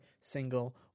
single